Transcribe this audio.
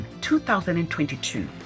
2022